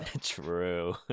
true